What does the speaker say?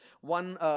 One